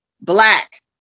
black